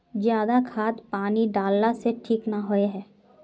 ज्यादा खाद पानी डाला से ठीक ना होए है?